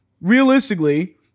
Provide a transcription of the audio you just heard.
realistically